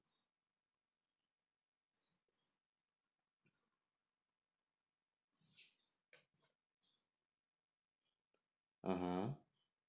(uh huh)